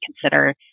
consider